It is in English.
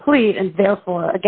complete and therefore